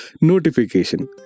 notification